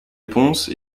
réponse